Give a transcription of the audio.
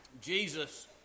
Jesus